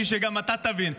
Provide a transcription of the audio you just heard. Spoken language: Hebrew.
בשביל שגם אתה תבין: